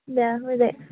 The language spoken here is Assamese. বেয়া হৈ যায়